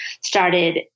started